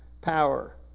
power